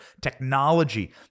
technology